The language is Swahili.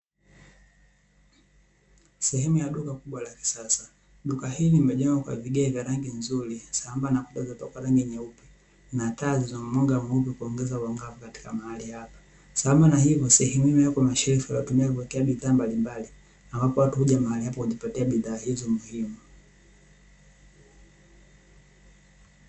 Sehemu ya duka kubwa la kisasa duka hili limejengwa kwa vigae vyenye rangi nzuri, sambamba na kupakwa rangi nyeupe na taa zenye mwanga mweupe kuongeza uangavu katika mahali hapa, sambamba na hivyo sehemu hii imewekwa mashelfu yanayotumika kuwekea bidhaa mbalimbali ambapo watu huja mahali hapa kujipatia bidhaa hizo muhimu.